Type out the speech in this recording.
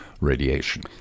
radiation